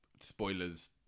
Spoilers